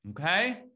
Okay